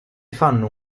fanno